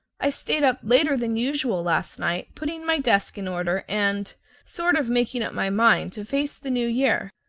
i stayed up later than usual last night putting my desk in order and sort of making up my mind to face the new year.